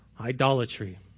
idolatry